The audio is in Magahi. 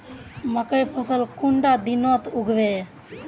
मकई फसल कुंडा दिनोत उगैहे?